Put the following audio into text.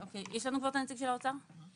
יש לנו כבר את הנציג של האוצר ענת?